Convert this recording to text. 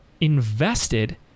invested